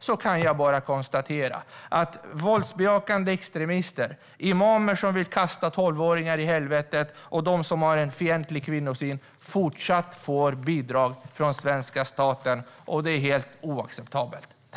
Jag kan bara konstatera att våldsbejakande extremister, imamer som vill kasta tolvåringar i helvetet och de som har en fientlig kvinnosyn fortsätter att få bidrag från svenska staten. Det är helt oacceptabelt.